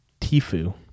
Tifu